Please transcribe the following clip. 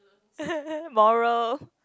moral